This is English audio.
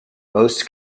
most